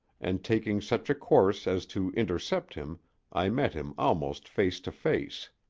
and taking such a course as to intercept him i met him almost face to face,